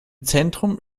zentrum